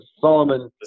Solomon